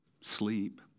sleep